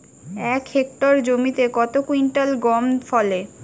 এক হেক্টর জমিতে কত কুইন্টাল গম ফলে?